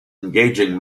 engaging